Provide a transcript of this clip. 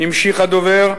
המשיך הדובר,